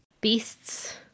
beasts